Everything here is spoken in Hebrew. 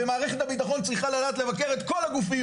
ומערכת הביטחון צריכה לדעת לבקר את כל הגופים